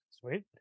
Sweet